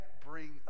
bring